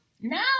No